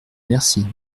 merci